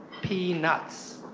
peanuts,